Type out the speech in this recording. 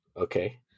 Okay